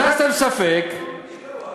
הכנסתם ספק,